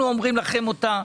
אנחנו אומרים לכם אותה.